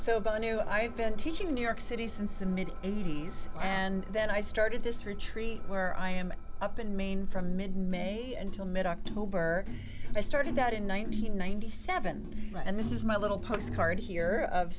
so but i knew i had been teaching in new york city since the mid eighty's and then i started this retreat where i am up in maine from mid may until mid october i started that in one nine hundred ninety seven and this is my little postcard here of